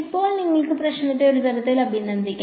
ഇപ്പോൾ നിങ്ങൾക്ക് പ്രശ്നത്തെ ഒരു തരത്തിൽ അഭിനന്ദിക്കാം